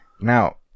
now